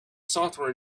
software